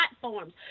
platforms